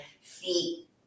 Feet